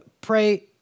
Pray